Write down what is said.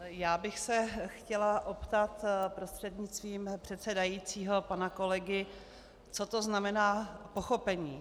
Chtěla bych se optat prostřednictvím předsedajícího pana kolegy, co to znamená pochopení.